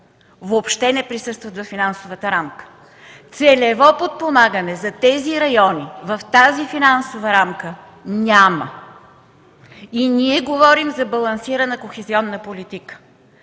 въобще не присъстват във финансовата рамка. Целево подпомагане за тези райони в тази финансова рамка няма. И ние говорим за балансирана кохезионна политика!